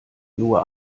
nur